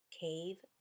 Cave